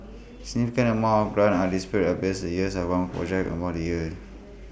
significant amounts of grants are disbursed best years I want projects among the year